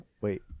Wait